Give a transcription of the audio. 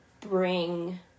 bring